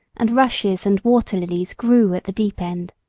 and rushes and water-lilies grew at the deep end.